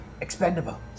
expendable